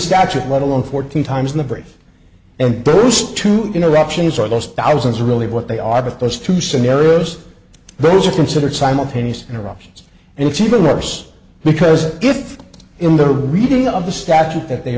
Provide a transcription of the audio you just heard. statute let alone fourteen times in the brief and boost to interruptions are those thousands really what they are but those two scenarios those are considered simultaneous interruptions and it's even worse because if in the reading of the statute that they